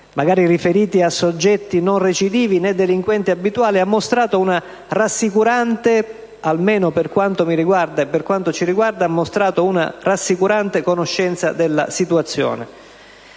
magari riferiti a soggetti non recidivi, né delinquenti abituali, ha mostrato una rassicurante (almeno per quanto mi riguarda e per quanto ci riguarda) conoscenza della situazione.